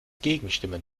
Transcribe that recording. gegenstimmen